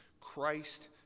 Christ